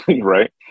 right